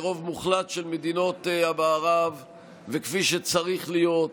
ברוב מוחלט של מדינות המערב וכפי שצריך להיות,